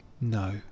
no